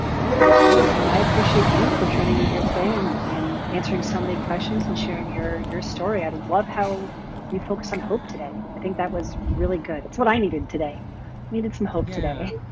of course and i appreciate you for joining me here today and and answering so many questions and sharing your your story. i love how we focused on hope today i think that was really good. it's what i needed today, i needed some hope today.